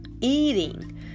eating